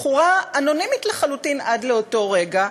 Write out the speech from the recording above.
בחורה אנונימית לחלוטין עד לאותו רגע,